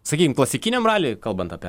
sakykim klasikiniam raly kalbant apie